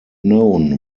known